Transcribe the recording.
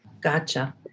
Gotcha